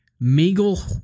Miguel